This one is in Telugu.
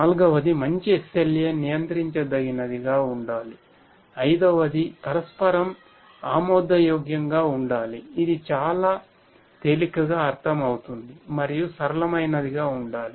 నాల్గవది మంచి SLA నియంత్రించదగినదిగా ఉండాలి ఐదవది పరస్పరం ఆమోదయోగ్యంగా ఉండాలి ఇది చాలా తేలికగా అర్థం అవుతుండాలి మరియు సరసమైనదిగా ఉండాలి